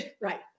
Right